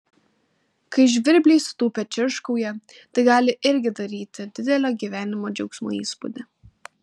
kai žvirbliai sutūpę čirškauja tai gali irgi daryti didelio gyvenimo džiaugsmo įspūdį